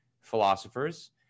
philosophers